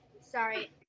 Sorry